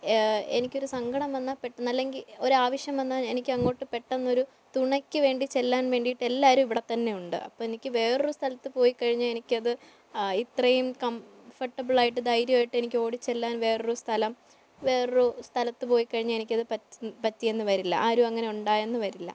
എനിക്കൊരു സങ്കടം വന്നാൽ പെട്ടെന്ന് അല്ലെങ്കിൽ ഒരു ആവശ്യം വന്നാൽ എനിക്കങ്ങോട്ട് പെട്ടെന്ന് ഒരു തുണയ്ക്ക് വേണ്ടി ചെല്ലാൻ വേണ്ടിയിട്ട് എല്ലാവരും ഇവിടെ തന്നെയുണ്ട് അപ്പം എനിക്ക് വേറൊരു സ്ഥലത്ത് പോയി കഴിഞ്ഞാൽ എനിക്കത് ഇത്രയും കംഫർട്ടബിളായിട്ട് ധൈര്യമായിട്ട് എനിക്ക് ഓടി ചെല്ലാൻ വേറെ ഒരു സ്ഥലം വേറെ ഒരു സ്ഥലത്ത് പോയി കഴിഞ്ഞാൽ എനിക്കത് പറ്റി പറ്റിയെന്ന് വരില്ല ആരും അങ്ങനെ ഉണ്ടായെന്ന് വരില്ല